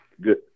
Good